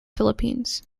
philippines